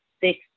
six